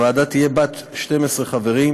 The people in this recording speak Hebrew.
הוועדה תהיה בת 12 חברים,